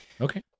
Okay